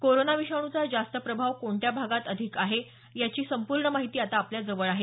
corona विषाणूचा जास्त प्रभाव कोणत्या भागात अधिक आहे याची संपूर्ण माहिती आता आपल्या जवळ आहे